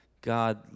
God